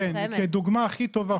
כדוגמה הכי טובה,